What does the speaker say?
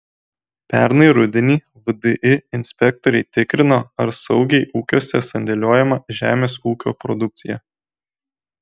pernai rudenį vdi inspektoriai tikrino ar saugiai ūkiuose sandėliuojama žemės ūkio produkcija